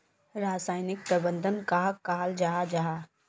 रासायनिक प्रबंधन कहाक कहाल जाहा जाहा?